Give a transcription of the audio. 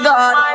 God